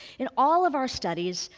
in all of our studies,